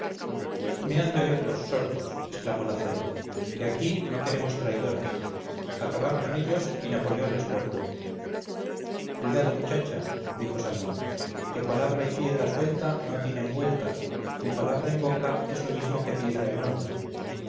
me han de oír los sordos exclamó la zaina que aquí no queremos traidores acabar con ellos y napoleón es muerto cuidado muchacha dijo salmón que palabra y piedra suelta no tienen vuelta y palabra en boca es lo mismo que piedra en honda